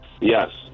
Yes